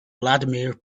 vladimir